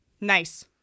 Nice